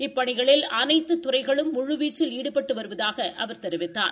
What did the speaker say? இப்பணிகளில் அனைத்து துறைகளும் முழுவீச்சில் ஈடுபட்டு வருவதாக அவர் தெரிவித்தார்